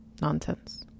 Nonsense